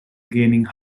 gaining